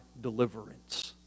deliverance